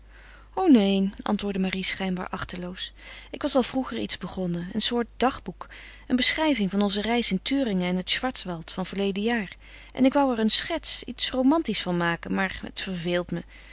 o neen antwoordde marie schijnbaar achteloos ik was al vroeger iets begonnen een soort dagboek een beschrijving van onze reis in thüringen en het schwarzwald van verleden jaar en ik wou er een schets iets romantisch van maken maar het verveelt me